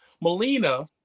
Melina